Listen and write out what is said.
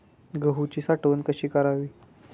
गहूची साठवण कशी करावी?